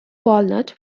walnut